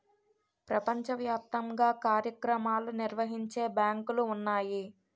ప్రపంచ వ్యాప్తంగా కార్యక్రమాలు నిర్వహించే బ్యాంకులు ఉన్నాయి